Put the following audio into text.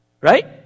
right